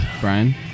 Brian